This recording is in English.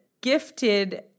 gifted